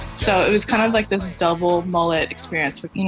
so it was kind of like this double mullet experience with, you know,